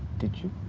did you